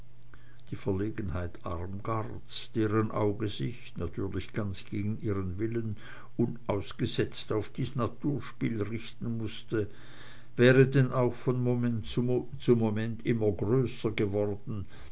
die verlegenheit armgards deren auge sich natürlich ganz gegen ihren willen unausgesetzt auf dies naturspiel richten mußte wäre denn auch von moment zu moment immer größer geworden